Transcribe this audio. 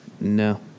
No